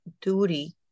duty